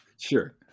sure